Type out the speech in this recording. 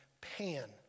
Pan